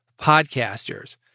podcasters